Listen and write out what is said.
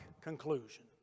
conclusion